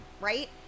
right